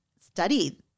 study